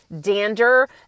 dander